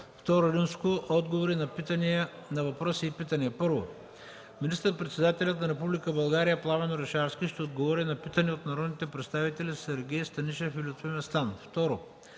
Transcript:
Второ, отговори на въпроси и питания. 1. Министър-председателят на Република България Пламен Орешарски ще отговори на питане от народните представители Сергей Станишев и Лютви Местан. 2.